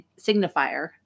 signifier